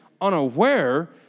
unaware